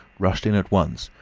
rushed in at once,